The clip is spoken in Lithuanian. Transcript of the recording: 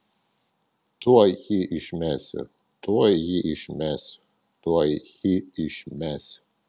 tuoj jį išmesiu tuoj jį išmesiu tuoj jį išmesiu